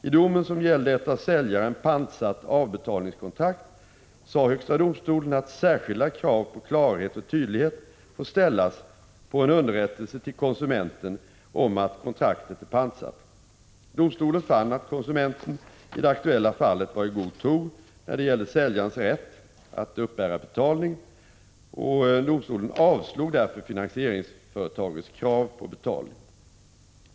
I domen, som gällde ett av säljaren pantsatt avbetalningskontrakt, sade högsta domstolen att särskilda krav på klarhet och tydlighet får ställas på en underrättelse till konsumenten om att kontraktet är pantsatt. Domstolen fann att konsumenten i det aktuella fallet varit i god tro när det gällde säljarens rätt att uppbära betalning och avslog därför finansieringsföretagets krav på betalning.